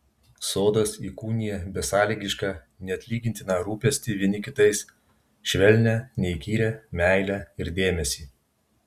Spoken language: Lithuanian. sodas įkūnija besąlygišką neatlygintiną rūpestį vieni kitais švelnią neįkyrią meilę ir dėmesį